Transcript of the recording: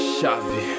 chave